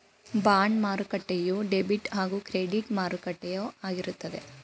bond ಮಾರುಕಟ್ಟೆಯು debit ಹಾಗೂ credit ಮಾರುಕಟ್ಟೆಯು ಆಗಿರುತ್ತದೆ